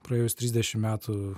praėjus trisdešimt metų